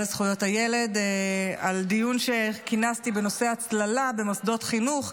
לזכויות הילד על דיון שכינסתי בנושא הצללה במוסדות חינוך,